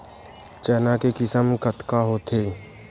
चना के किसम कतका होथे?